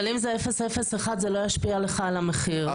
אבל אם זה 0.01 לא ישפיע לך על המחיר.